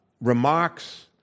remarks